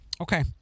Okay